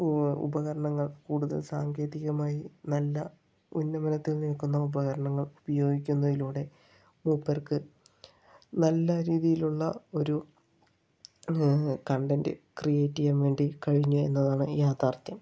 ഉവ്വ് ഉപകരണങ്ങൾ കൂടുതൽ സാങ്കേതികമായി നല്ല ഉന്നമനത്തിൽ നിൽക്കുന്ന ഉപകരണങ്ങൾ ഉപയോഗിക്കുന്നതിലൂടെ മൂപ്പർക്ക് നല്ല രീതിയിലുള്ള ഒരു കൺറ്റെന്റ് ക്രീയേറ്റ് ചെയ്യാൻ വേണ്ടി കഴിഞ്ഞു എന്നതാണ് യാഥാർഥ്യം